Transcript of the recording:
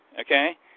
Okay